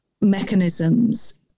mechanisms